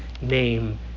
name